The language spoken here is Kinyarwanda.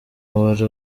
uwari